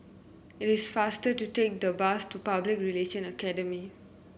it is faster to take the bus to Public Relation Academy